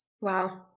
Wow